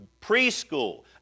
preschool